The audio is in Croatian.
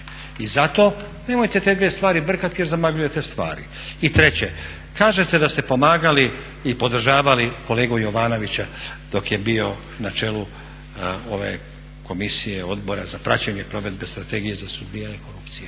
I zato nemojte te dvije stvari brkati jer zamagljujete stvari. I treće, kažete da ste pomagali i podržavali kolegu Jovanovića dok je bio na čelu ove komisije, Odbora za praćenje provedbe strategije za suzbijanje korupcije,